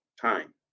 time